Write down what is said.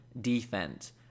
defense